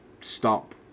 stop